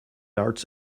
arts